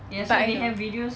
but I know